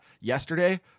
yesterday